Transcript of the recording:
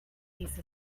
piece